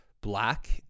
black